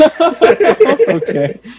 okay